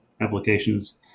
applications